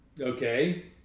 Okay